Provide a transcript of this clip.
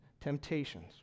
temptations